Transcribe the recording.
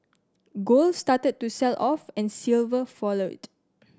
gold started to sell off and silver followed